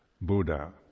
Buddha